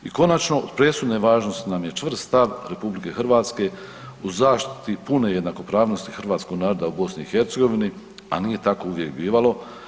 I konačno od presudne vlažnosti nam je čvrst stav RH u zaštiti pune jednakopravnosti hrvatskog naroda u BiH, a nije tako uvijek bivalo.